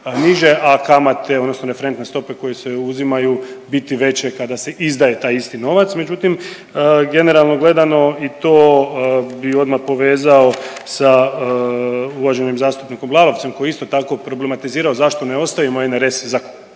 a kamate odnosno referentne stope koje se uzimaju biti veće kada se izdaje taj isti novac. Međutim, generalno gledano i to bi odmah povezao sa uvaženim zastupnikom Lalovcem koji je isto tako problematizirao zašto ne ostavimo NRS za